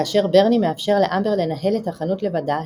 כאשר ברני מאפשר לאמבר לנהל את החנות לבדה,